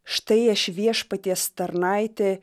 štai aš viešpaties tarnaitė